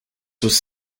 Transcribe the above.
was